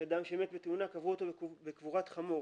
אדם שמת בתאונה קברו אותו בקבורת חמור.